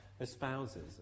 espouses